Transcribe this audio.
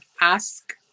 ask